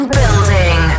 building